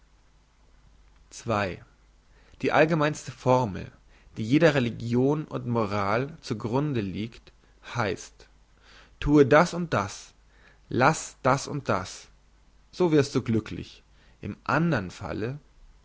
die allgemeinste formel die jeder religion und moral zu grunde liegt heisst thue das und das lass das und das so wirst du glücklich im andern falle